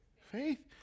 Faith